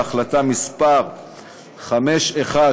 בהחלטה מס' 5188,